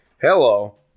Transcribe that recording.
Hello